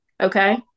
Okay